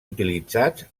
utilitzats